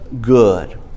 good